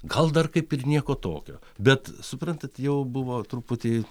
gal dar kaip ir nieko tokio bet suprantate jau buvo truputį